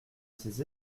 ses